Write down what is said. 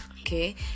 Okay